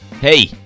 Hey